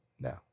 now